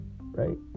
right